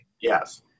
Yes